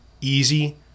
easy